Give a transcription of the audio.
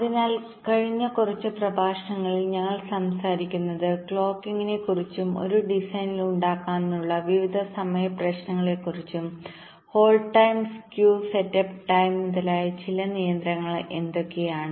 അതിനാൽ കഴിഞ്ഞ കുറച്ച് പ്രഭാഷണങ്ങളിൽ ഞങ്ങൾ സംസാരിക്കുന്നത് ക്ലോക്കിംഗിനെക്കുറിച്ചും ഒരു ഡിസൈനിൽ ഉണ്ടാകാനിടയുള്ള വിവിധ സമയ പ്രശ്നങ്ങളെക്കുറിച്ചും ഹോൾഡ് ടൈം സ്ക്യൂ സെറ്റപ്പ് സമയംമുതലായ ചില നിയന്ത്രണങ്ങൾ എന്തൊക്കെയാണ്